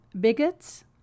bigots